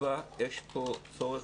יש פה חברים